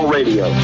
Radio